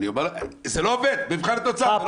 זה לא עובד במבחן התוצאה.